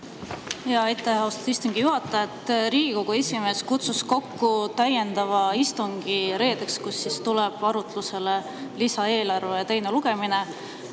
on? Aitäh, austatud istungi juhataja! Riigikogu esimees kutsus kokku täiendava istungi reedeks, kui tuleb arutlusele lisaeelarve teine lugemine.